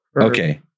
Okay